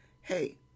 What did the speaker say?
hey